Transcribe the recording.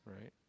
right